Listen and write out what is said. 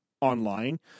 online